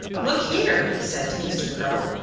look here! he said to mr. crow.